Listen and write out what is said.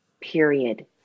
period